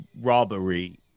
robbery